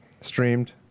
Streamed